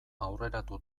aurreratu